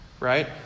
Right